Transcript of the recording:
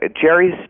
Jerry's